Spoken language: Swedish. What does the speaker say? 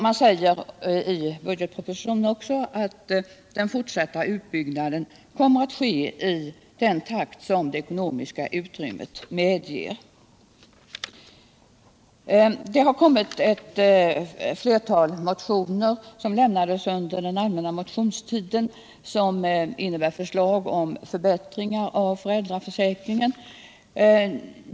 Man säger i budgetpropositionen också att den fortsatta utbyggnaden kommer att ske i den takt som det ekonomiska utrymmet medger. Under den allmänna motionstiden väcktes ett flertal motioner med förslag om förbättringar i föräldraförsäkringen.